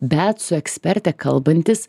bet su eksperte kalbantis